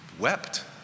wept